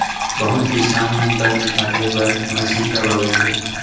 बहुत किसान मन बन निकाले बर मसीन ल बउरथे